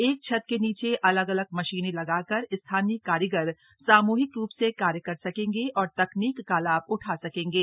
एक छत के नीचे अलग अलग मशीनें लगाकर स्थानीय कारीगर सामूहिक रूप से कार्य कर सकेंगे और तकनीक का लाभ उठा सकेंगे